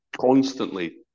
constantly